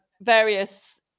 various